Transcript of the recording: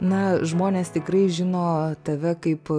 na žmonės tikrai žino tave kaip